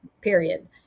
period